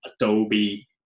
Adobe